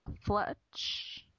Fletch